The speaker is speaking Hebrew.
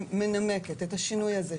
שמנמקת את השינוי הזה,